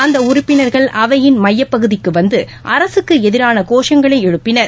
அந்த உறுப்பினர்கள் அவையின் எமயப் பகுதிக்கு வந்து அரசுக்கு எதிரான கோஷங்களை எழுப்பினர்